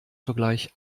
sogleich